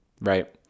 right